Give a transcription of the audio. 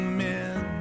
men